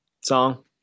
song